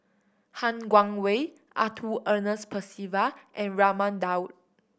Han Guangwei Arthur Ernest Percival and Raman Daud